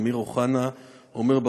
אמיר אוחנה,